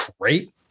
great